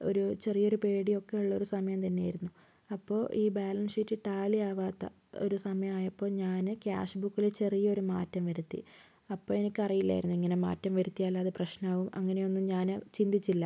ഒരു ചെറിയൊരു പേടിയൊക്കെ ഉള്ളൊരു സമയം തന്നെയായിരുന്നു അപ്പോൾ ഈ ബാലൻസ് ഷീറ്റ് റ്റാലി ആവാത്ത ഒരു സമയം ആയപ്പോൾ ഞാന് ക്യാഷ് ബുക്കില് ചെറിയൊരു മാറ്റം വരുത്തി അപ്പം എനിക്ക് അറിയില്ലായിരുന്നു ഇങ്ങനെ മാറ്റം വരുത്തിയാലത് പ്രശ്നം ആവും അങ്ങനൊന്നും ഞാന് ചിന്തിച്ചില്ല